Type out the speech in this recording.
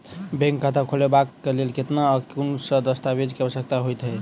Bank खाता खोलबाबै केँ लेल केतना आ केँ कुन सा दस्तावेज केँ आवश्यकता होइ है?